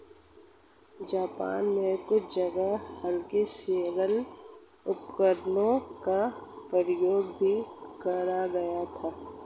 Japan में कुछ जगह हल्के सोलर उपकरणों का प्रयोग भी करा गया था